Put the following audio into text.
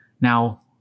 Now